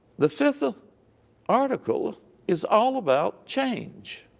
the fifth article is all about change